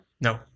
No